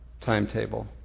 timetable